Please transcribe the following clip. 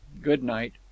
Good-night